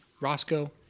Roscoe